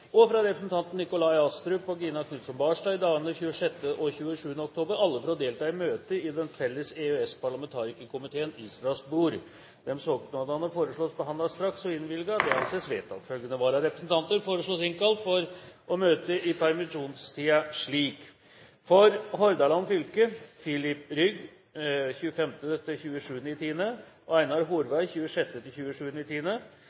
og fra representantene Nikolai Astrup og Gina Knutson Barstad i dagene 26. og 27. oktober – alle for å delta i møter i Den felles EØS-parlamentarikerkomiteen i Strasbourg Etter forslag fra presidenten ble enstemmig besluttet: Søknadene behandles straks og innvilges. Følgende vararepresentanter innkalles for å møte i permisjonstiden: For Hordaland fylke: Filip Rygg 25.–27. oktober og Einar Horvei 26.–27. oktober For Møre og